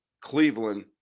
Cleveland